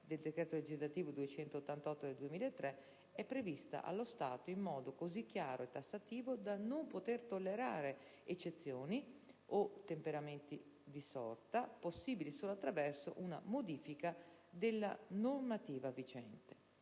del decreto legislativo n. 288 del 2003 - è prevista, allo stato, in modo così chiaro e tassativo, da non poter tollerare eccezioni o temperamenti di sorta, possibili solo attraverso una modifica della normativa vigente».